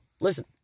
listen